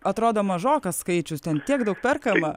atrodo mažoka skaičius ten tiek daug perkama